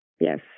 Yes